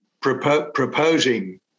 proposing